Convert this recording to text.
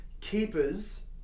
keepers